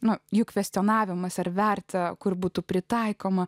nuo jų kvestionavimas ar verta kur būtų pritaikoma